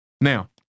Now